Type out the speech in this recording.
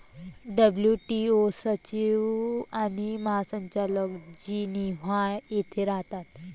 WTO सचिव आणि महासंचालक जिनिव्हा येथे राहतात